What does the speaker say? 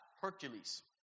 Hercules